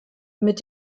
mit